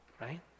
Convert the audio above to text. Right